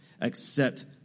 Accept